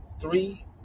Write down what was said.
three